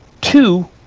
two